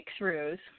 breakthroughs